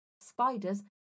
spiders